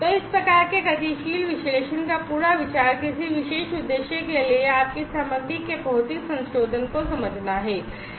तो इस प्रकार के गतिशील विश्लेषण का पूरा विचार किसी विशेष उद्देश्य के लिए आपकी सामग्री के भौतिक संशोधन को समझना है